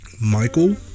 Michael